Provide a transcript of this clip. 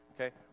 okay